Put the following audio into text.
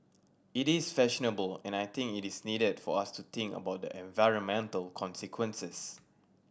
it is fashionable and I think it is needed for us to think about the environmental consequences